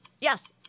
Yes